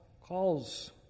calls